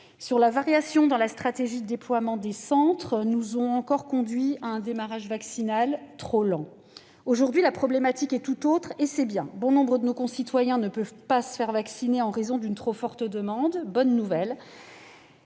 sur la variation dans la stratégie de déploiement des centres nous a conduits à un démarrage vaccinal trop lent. Aujourd'hui, la problématique est tout autre et c'est bien : bon nombre de nos concitoyens ne peuvent pas se faire vacciner en raison d'une trop forte demande, ce qui